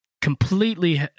completely